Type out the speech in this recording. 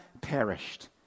perished